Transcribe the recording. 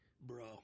bro